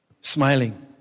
smiling